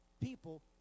people